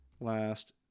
last